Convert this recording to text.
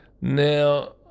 Now